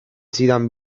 zidan